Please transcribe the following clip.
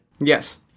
Yes